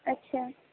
اچھا